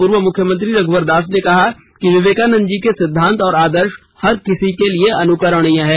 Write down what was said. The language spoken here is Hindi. पूर्व मुख्यमंत्री रघ्वर दास ने कहा कि विवेकानंद जी के सिद्धांत और आदर्श हर किसी के लिए अनुकरणीय हैं